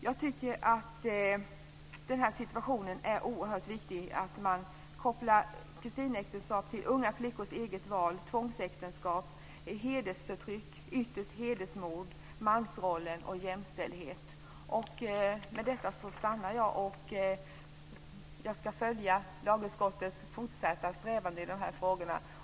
Jag tycker att det är oerhört viktigt att man kopplar ihop den här situationen med kusinäktenskap till unga flickors egna val, tvångsäktenskap, hedersförtryck och ytterst hedersmord, mansrollen och jämställdheten. Jag ska följa lagutskottets fortsatta strävanden i dessa frågor.